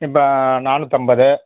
இப்போ நானூற்றம்பது